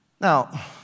Now